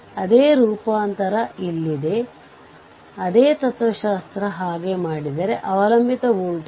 ಏಕೆಂದರೆ ಎಲ್ಲಾ ಸ್ವತಂತ್ರ ಮೂಲಗಳನ್ನು ಆಫ್ ಮಾಡಬೇಕು